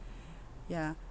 ya